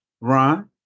Ron